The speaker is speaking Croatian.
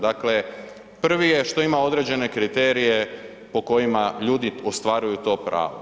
Dakle, prvi je što ima određene kriterije po kojima ljudi ostvaruju to pravo.